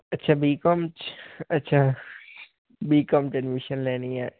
ਅੱਛਾ ਬੀਕੌਮ 'ਚ ਅੱਛਾ ਬੀਕੌਮ 'ਚ ਐਡਮਿਸ਼ਨ ਲੈਣੀ ਹੈ